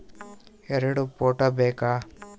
ಎರಡು ಫೋಟೋ ಬೇಕಾ?